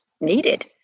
needed